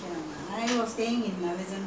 can't remember I don't know who the teacher is